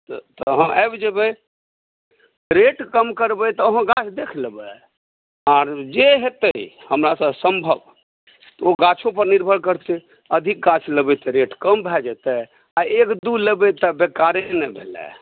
तऽ अहाँ आबि जेबै रेट कम करबै तऽ अहाँ गाछ देखि लेबै आ जे हेतै हमरासे सम्भव ओ गाछो पर निर्भर करतै अधिक गाछ देखि लेबै तऽ रेट कम भए जयतै तऽ एक दू लेबै तऽ बेकारे ने भेलै